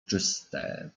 czyste